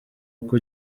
uko